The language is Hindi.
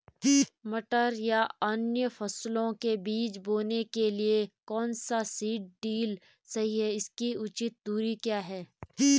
मटर या अन्य फसलों के बीज बोने के लिए कौन सा सीड ड्रील सही है इसकी उचित दूरी क्या है?